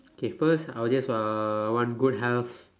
okay first I just want a good health